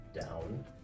down